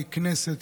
בכנסת,